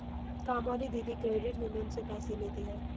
कामवाली दीदी credit union से पैसे लेती हैं